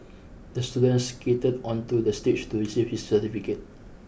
the student skated onto the stage to receive his certificate